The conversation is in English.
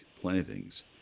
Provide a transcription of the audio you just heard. plantings